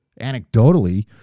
anecdotally